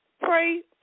Pray